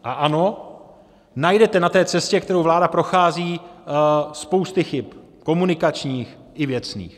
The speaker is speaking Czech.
Ano, najdete na té cestě, kterou vláda prochází, spousty chyb komunikačních i věcných.